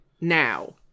now